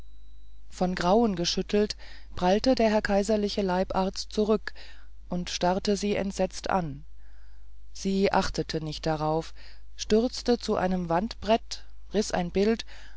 von grauen geschüttelt prallte der herr kaiserliche leibarzt zurück und starrte sie entsetzt an sie achtete nicht darauf stürzte zu einem wandbrett riß ein bild